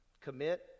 commit